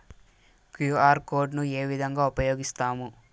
QR code ను ఏ విధంగా ఉపయగిస్తాము?